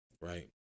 right